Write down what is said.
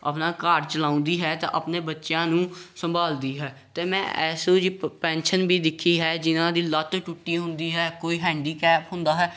ਆਪਣਾ ਘਰ ਚਲਾਉਂਦੀ ਹੈ ਅਤੇ ਆਪਣੇ ਬੱਚਿਆਂ ਨੂੰ ਸੰਭਾਲਦੀ ਹੈ ਅਤੇ ਮੈਂ ਐਸੂ ਜੀ ਪੈਨਸ਼ਨ ਵੀ ਦੇਖੀ ਹੈ ਜਿਹਨਾਂ ਦੀ ਲੱਤ ਟੁੱਟੀ ਹੁੰਦੀ ਹੈ ਕੋਈ ਹੈਂਡੀਕੈਪ ਹੁੰਦਾ ਹੈ